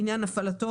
לעניין הפעלתו,